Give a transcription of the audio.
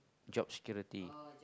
job security